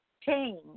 Change